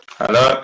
hello